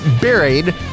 Buried